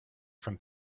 from